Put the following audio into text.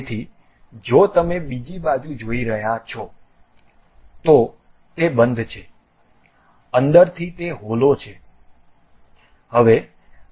તેથી જો તમે બીજી બાજુ જોઈ રહ્યાં છો તો તે બંધ છે અંદરથી તે હોલો છે